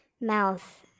mouth